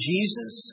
Jesus